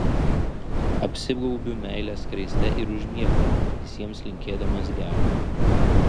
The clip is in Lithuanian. apsigaubiu meilės skraiste ir užmiegu visiems linkėdamas gero